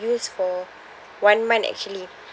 use for one month actually